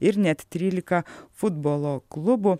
ir net trylika futbolo klubų